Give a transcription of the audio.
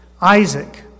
Isaac